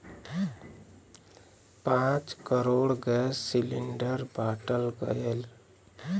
पाँच crore gas cylinder बाँटल गएल